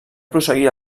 prosseguir